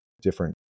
different